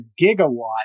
gigawatt